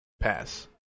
Pass